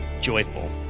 joyful